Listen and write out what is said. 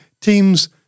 Teams